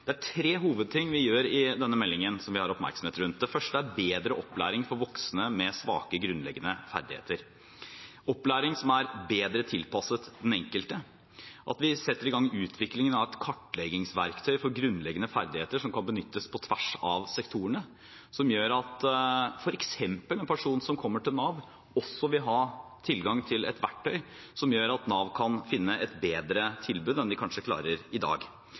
Det er tre hovedting vi gjør i denne meldingen, som vi har oppmerksomhet rundt: Det første er bedre opplæring for voksne med svake grunnleggende ferdigheter, opplæring som er bedre tilpasset den enkelte, at vi setter i gang utviklingen av et kartleggingsverktøy for grunnleggende ferdigheter som kan benyttes på tvers av sektorene – det gjør at f.eks. en person som kommer til Nav, også vil ha tilgang til et verktøy som gjør at Nav kan finne et bedre tilbud enn de kanskje klarer i dag